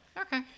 Okay